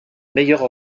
meilleure